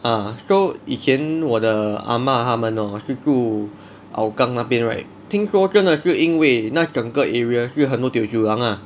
ah so 以前我的阿嫲他们 hor 是住 hougang 那边 right 听说真的是因为那整个 area 是很多 teochew language lah